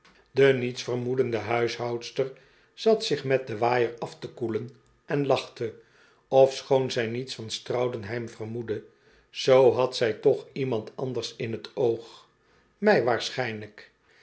de niets vermoedende huishoudster zat zich met den waaier af te koelen en lachte ofschoon zij niets van straudenheim vermoedde zoo had zij toch iemand anders in t oog mij waarschijnlijk